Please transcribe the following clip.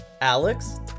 Alex